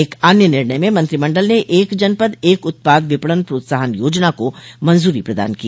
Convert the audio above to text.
एक अन्य निर्णय में मंत्रिमंडल ने एक जनपद एक उत्पाद विपणन प्रोत्साहन योजना को मंजूरी प्रदान की